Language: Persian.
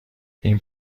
این